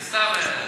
זה סתם.